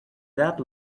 that